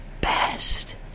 best